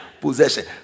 possession